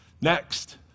Next